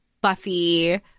Buffy